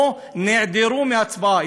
או נעדרו מההצבעה.